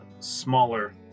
smaller